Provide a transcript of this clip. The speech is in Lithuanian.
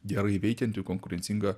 gerai veikiantį konkurencingą